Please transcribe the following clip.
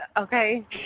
okay